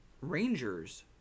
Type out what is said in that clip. Rangers